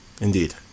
Indeed